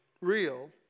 real